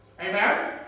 Amen